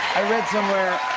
i read somewhere